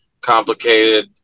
complicated